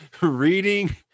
reading